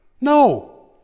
No